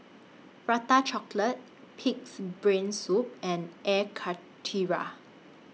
Prata Chocolate Pig'S Brain Soup and Air Karthira